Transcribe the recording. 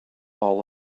all